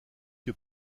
que